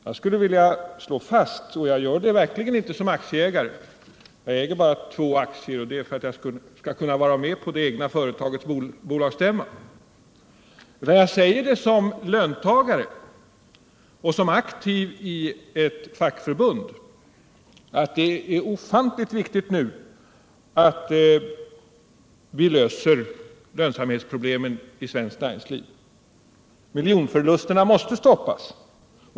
Jag skulle vilja slå fast, och jag gör det verkligen inte som aktieägare — jag äger bara två aktier, och det är för att jag skall kunna vara med på det egna företagets bolagsstämma — utan som löntagare och som aktiv i ett fackförbund, att det är ofantligt viktigt att vi nu löser lönsamhetsproblemen i svenskt näringsliv. Miljonförlusterna måste stoppas.